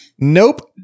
Nope